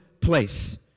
place